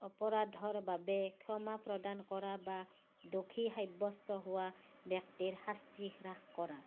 অপৰাধৰ বাবে ক্ষমা প্ৰদান কৰা বা দোষী সাব্যস্ত হোৱা ব্যক্তিৰ শাস্তি হ্ৰাস কৰা